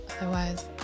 Otherwise